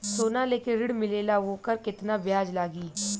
सोना लेके ऋण मिलेला वोकर केतना ब्याज लागी?